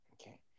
okay